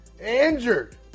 injured